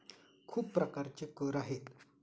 खूप प्रकारचे कर आहेत